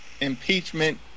impeachment